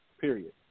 period